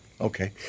Okay